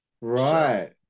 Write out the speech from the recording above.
Right